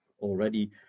already